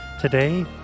Today